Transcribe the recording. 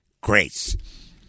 grace